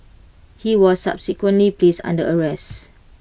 he was subsequently placed under arrest